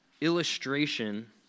illustration